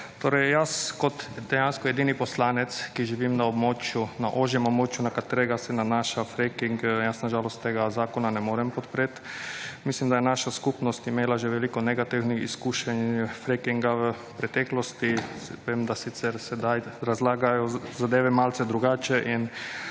Torej jaz kot dejansko edini poslanec, ki živim na ožjem območju, na katerega se nanaša fracking, jaz na žalost tega zakona ne morem podpreti. Mislim, da je imela naša skupnost že veliko negativnih izkušenj frackinga v preteklosti. Vem, da sicer sedaj razlagajo zadeve malce drugače,